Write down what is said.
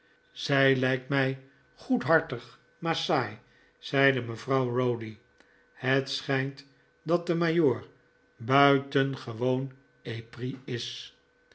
zij lijkt mij goedhartig rnaar saai zeide mevrouw rowdy het schijnt dat de majoor buitengewoon epris is